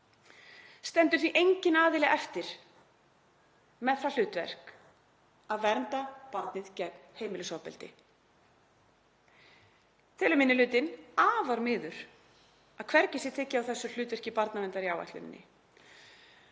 Stendur því enginn aðili eftir með það hlutverk að vernda barnið gegn heimilisofbeldi. Telur minni hlutinn afar miður að hvergi sé tekið á þessu hlutverki barnaverndar í áætluninni.